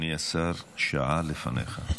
אדוני השר, שעה לפניך.